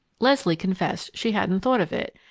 leslie confessed she hadn't thought of it,